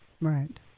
Right